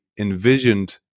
Envisioned